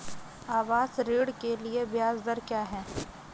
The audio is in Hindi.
आवास ऋण के लिए ब्याज दर क्या हैं?